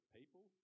people